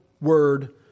word